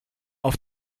auf